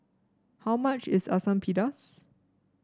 how much is Asam Pedas